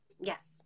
yes